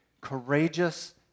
courageous